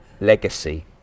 Legacy